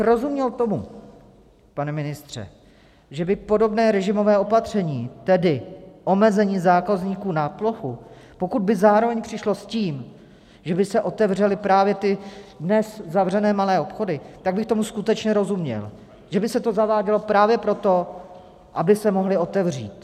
Rozuměl bych tomu, pane ministře, že by podobné režimové opatření, tedy omezení zákazníků na plochu, pokud by zároveň přišlo s tím, že by se otevřely právě ty dnes zavřené malé obchody, tak bych tomu skutečně rozuměl, že by se to zavádělo právě proto, aby se mohly otevřít.